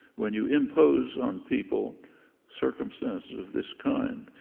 when you impose on people circumstances of this kind,